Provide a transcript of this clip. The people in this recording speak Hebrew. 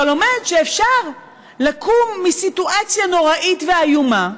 לומד שאפשר לקום מסיטואציה נוראית ואיומה,